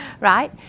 Right